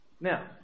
Now